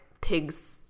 pig's